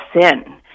sin